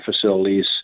facilities